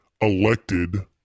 elected